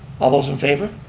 all those in favor?